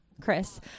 Chris